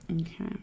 Okay